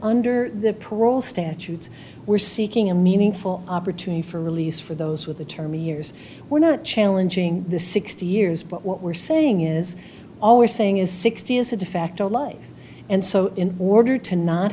under the parole statutes we're seeking a meaningful opportunity for release for those with a term of years we're not challenging the sixty years but what we're saying is always saying is sixty is a defacto life and so in order to not